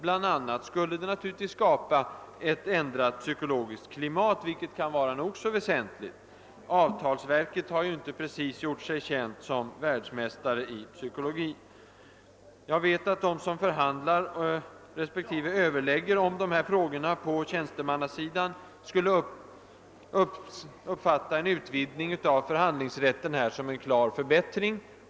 Bland annat skulle naturligtvis skapas ett ändrat psykologiskt klimat, vilket kan vara nog så väsentligt. Avtalsverket har inte precis gjort sig känt som världsmästare i Psykologi. Jag vet att de som förhandlar respektive överlägger om dessa tråcor nå tjänstemannasidan skulle uppfatta en utvidgning av förhandlingsrätten som en klar förbättring.